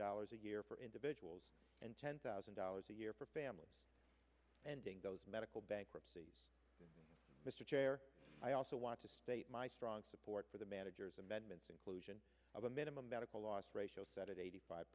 dollars a year for individuals and ten thousand dollars a year for families ending those medical bankruptcy mr chair i also want to state my strong support for the manager's amendment inclusion of a minimum medical loss ratio set at eighty five